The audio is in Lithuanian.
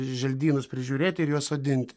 želdynus prižiūrėti ir juos sodinti